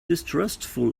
distrustful